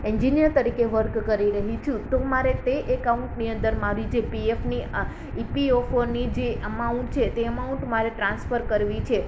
engineer તરીકે work કરી રહી છું તો મારે તે એકાઉન્ટની અંદર મારી જે પીએફની ઇપીએફઓની જે અમાઉન્ટ છે તે અમાઉન્ટ મારે ટ્રાન્સફર કરવી છે